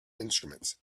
instruments